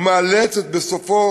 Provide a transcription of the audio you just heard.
ומאלצת בסופו